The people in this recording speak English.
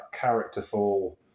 characterful